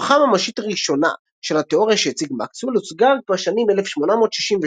הוכחה ממשית ראשונה של התאוריה שהציג מקסוול הוצגה רק בשנים 1886–1888,